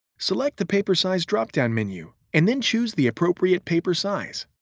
select the paper size drop-down menu and then choose the appropriate paper size.